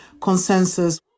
consensus